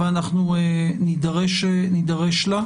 ואנחנו נידרש לה.